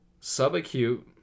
subacute